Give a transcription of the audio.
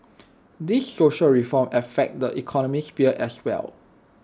these social reform affect the economic sphere as well